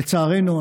לצערנו,